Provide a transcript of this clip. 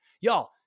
Y'all